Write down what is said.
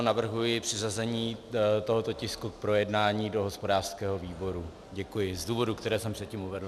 Navrhuji přiřazení tohoto tisku k projednání do hospodářského výboru z důvodů, které jsem předtím uvedl.